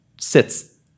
sits